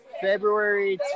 February